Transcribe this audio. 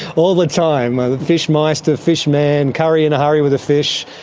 all the time fish meister, fish man, curry-in-a-hurry with a fish,